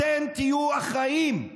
אתם תהיו אחראים,